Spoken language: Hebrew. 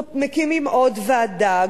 מקימים עוד ועדה,